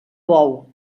bou